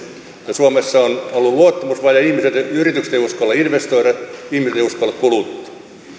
suomessa on ollut luottamusvaje yritykset eivät uskalla investoida ihmiset eivät uskalla kuluttaa